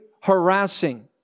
harassing